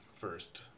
first